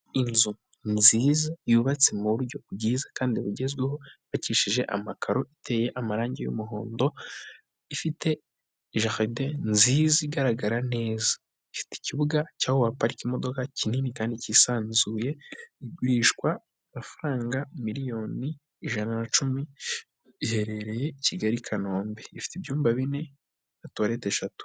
Inzu nziza yubatse mu buryo bwiza kandi bugezweho , yubakishije amakaro iteye amarangi y'umuhondo ifite jaride nziza igaragara neza, ifite ikibuga cyaho waparika imodoka kinini kandi cyisanzuye, igurishwa amafaranga miliyoni ijana na icumi , iherereye Kigali i kanombe, ifite ibyumba bine, na tuwarete eshatu.